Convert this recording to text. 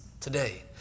Today